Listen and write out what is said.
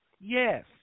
Yes